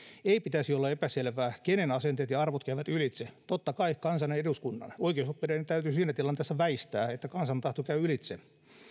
ei pitäisi olla epäselvää kenen asenteet ja arvot käyvät ylitse totta kai kansan ja eduskunnan oikeusoppineiden täytyy siinä tilanteessa väistää että kansan tahto käy ylitse